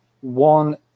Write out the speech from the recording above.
one